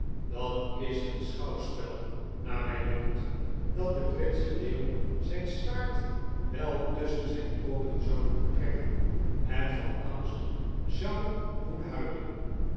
dat is een schouwspel naar mij dunkt dat den britschen leeuw zijn staart wel tusschen zijn pooten zou doen trekken en van angst zou doen huilen